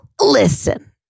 listen